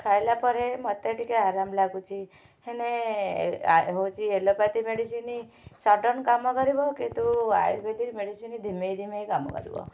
ଖାଇଲା ପରେ ମୋତେ ଟିକେ ଆରାମ ଲାଗୁଛି ହେଲେ ହେଉଛି ଏଲୋପାଥି ମେଡ଼ିସିନ ସଡ଼ନ୍ କାମ କରିବ କିନ୍ତୁ ଆୟୁର୍ବେଦିକ ମେଡ଼ିସିନ ଧିମେଇ ଧିମେଇ କାମ କରିବ